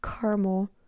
Caramel